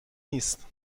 نیست